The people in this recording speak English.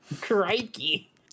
Crikey